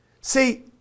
See